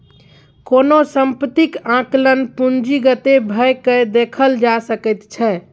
कोनो सम्पत्तीक आंकलन पूंजीगते भए कय देखल जा सकैत छै